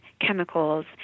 chemicals